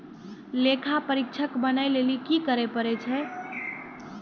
लेखा परीक्षक बनै लेली कि करै पड़ै छै?